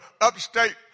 upstate